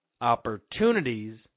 opportunities